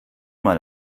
mal